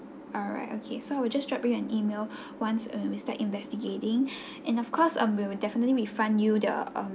alright okay so I will just drop you an email once um we start investigating and of course um we will definitely refund you the um